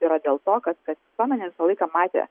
yra dėl to kad kad visuomenė visą laiką matė